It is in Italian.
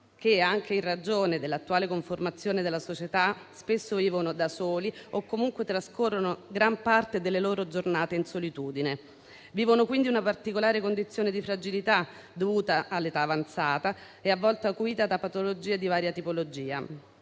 che, anche in ragione dell'attuale conformazione della società, spesso vivono da soli o comunque trascorrono gran parte delle loro giornate in solitudine. Vivono quindi una particolare condizione di fragilità dovuta all'età avanzata e a volte acuita da patologie di varia tipologia.